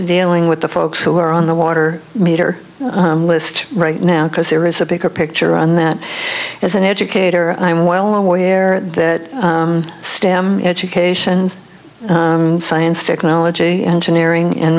dealing with the folks who are on the water meter list right now because there is a bigger picture and that as an educator i am well aware that stem education and science technology engineering and